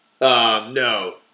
No